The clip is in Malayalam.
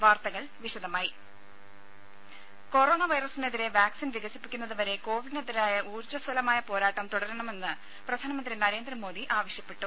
വാർത്തകൾ വിശദമായി കൊറോണ വൈറസിനെതിരെ വാക്സിൻ വികസിപ്പിക്കുന്നത് വരെ കോവിഡിനെതിരായ ഊർജ്ജസ്വലമായ പോരാട്ടം തുടരണമെന്ന് പ്രധാനമന്ത്രി നരേന്ദ്രമോദി ആവശ്യപ്പെട്ടു